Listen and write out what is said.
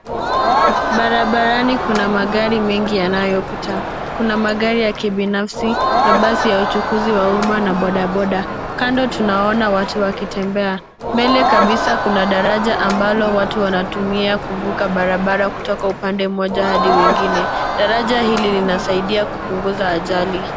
Barabarani kuna magari mengi yanayopita. Kuna magari ya kibinafsi, mabasi ya uchukuzi wa umma na bodaboda. Kando tunaona watu wakitembea. Mbele kabisa kuna daraja ambalo watu wanatumia kuvuka barabara kutoka upande mmoja hadi wengine. Daraja hili linasaidia kupunguza ajali.